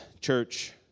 church